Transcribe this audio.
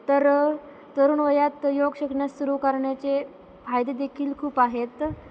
तर तरुण वयात योग शिकण्यास सुरू करण्याचे फायदे देखील खूप आहेत